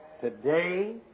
today